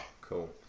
cool